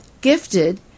gifted